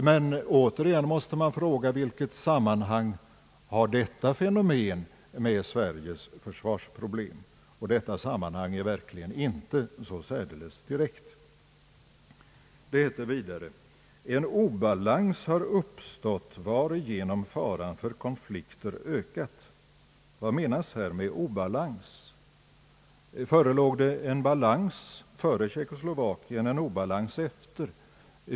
Men återigen måste man fråga: Vilket samband har detta fenomen med Sveriges försvarsproblem? Detta samband är verkligen inte särdeles direkt. Det heter vidare: »En obalans har uppstått varigenom faran för konflikter ökat.» Vad menas här med obalans? Förelåg det en balans före händelserna i Tjeckoslovakien, en obalans efter?